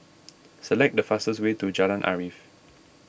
select the fastest way to Jalan Arif